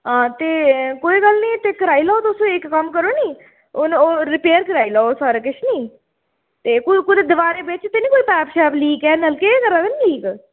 हां ते कोई गल्ल निं ते कराई लैओ तुस इक कम्म करो नी हून ओह् रिपेअर कराई लैओ सारा किश नी ते कुतै दवारें बिच ते नेईं कोई पैप शैप लीक ऐ नलके गै करा दे नी लीक